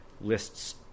lists